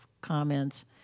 comments